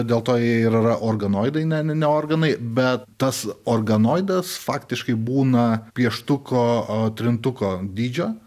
dėl to jie ir yra organoidai ne ne ne organai bet tas organoidas faktiškai būna pieštuko a trintuko dydžio